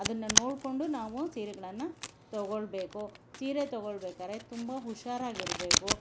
ಅದನ್ನು ನೋಡಿಕೊಂಡು ನಾವು ಸೀರೆಗಳನ್ನು ತಗೊಳ್ಬೇಕು ಸೀರೆ ತಗೊಳ್ಬೇಕಾರೆ ತುಂಬ ಹುಷಾರಾಗಿರಬೇಕು